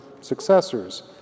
successors